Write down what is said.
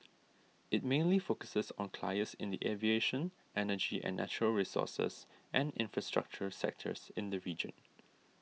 it mainly focuses on clients in the aviation energy and natural resources and infrastructure sectors in the region